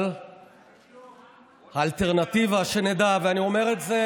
אבל האלטרנטיבה, שנדע, ואני אומר את זה,